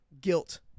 guilt